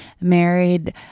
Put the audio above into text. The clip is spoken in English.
married